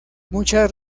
muchas